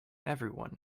everyone